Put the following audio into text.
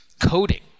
coding